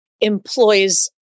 employs